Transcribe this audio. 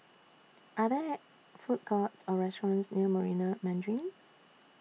Are There Food Courts Or restaurants near Marina Mandarin